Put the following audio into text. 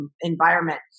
environment